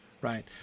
right